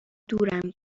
دورم